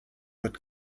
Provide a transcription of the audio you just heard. wird